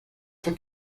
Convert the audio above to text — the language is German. für